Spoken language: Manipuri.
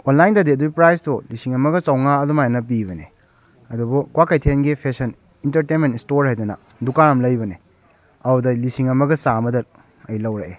ꯑꯣꯟꯂꯥꯏꯟꯗꯗꯤ ꯑꯗꯨꯒꯤ ꯄ꯭ꯔꯥꯏꯖꯇꯣ ꯂꯤꯁꯤꯡ ꯑꯃꯒ ꯆꯥꯃꯉꯥ ꯑꯗꯨꯃꯥꯏꯅ ꯄꯤꯕꯅꯦ ꯑꯗꯨꯕꯨ ꯀ꯭ꯋꯥ ꯀꯩꯊꯦꯜꯒꯤ ꯐꯦꯁꯟ ꯏꯟꯇꯔꯇꯦꯟꯃꯦꯟ ꯏꯁꯇꯣꯔ ꯍꯥꯏꯗꯅ ꯗꯨꯀꯥꯟ ꯑꯃ ꯂꯩꯕꯅꯦ ꯑꯗꯨꯗ ꯂꯤꯁꯤꯡ ꯑꯃꯒ ꯆꯥꯃꯗ ꯑꯩ ꯂꯧꯔꯛꯏ